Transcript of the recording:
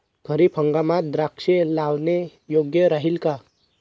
खरीप हंगामात द्राक्षे लावणे योग्य राहिल का?